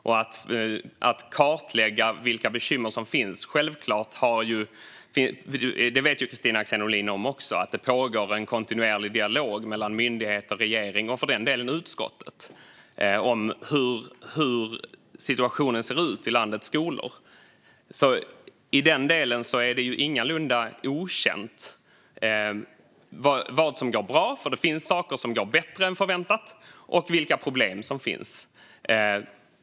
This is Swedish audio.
När det gäller att kartlägga vilka bekymmer som finns pågår det - det vet Kristina Axén Olin också - en kontinuerlig dialog mellan myndighet och regering, och för den delen utskottet, om hur situationen ser ut i landets skolor. I den delen är det ingalunda okänt vad som går bra - det finns nämligen saker som går bättre än förväntat - och vilka problem som finns.